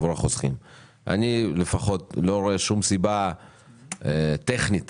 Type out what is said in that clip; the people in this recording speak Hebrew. אני לא רואה כל סיבה טכנית